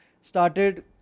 started